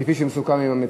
כפי שמסוכם עם המציע,